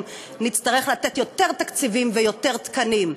נצטרך לתת יותר תקציבים ויותר תקנים.